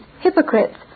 hypocrites